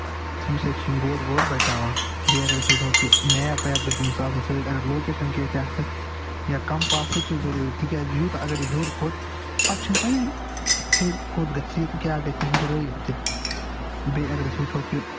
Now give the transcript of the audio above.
تَمہِ سۭتۍ چھِ یِم گۄڈ ووٚڈ بَچاوان بیٚیہِ اَگر أسۍ وُچھو کہِ مٮ۪پ وٮ۪پ گژھِ أمِس آسُن سۭتۍ اَگر لوکٮ۪شَن کیٚنہہ تہِ آسٮ۪س یہِ کَمپاس سُہ تہِ چھُ ضروٗری تِکیازِ یوٗتاہ اَگر یہِ ہٮ۪وٚو کھوٚت پَتہٕ چھُنہٕ پَیہِ ہٮ۪رِ کوٚت گژھِ کیاہ گژھِ یہِ ہٮ۪کہِ رٲوِتھ تہٕ بیٚیہِ اَگر أسۍ وُچھو کہِ